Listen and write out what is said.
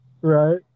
Right